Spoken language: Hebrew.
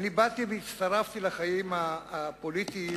אני הצטרפתי לחיים הפוליטיים,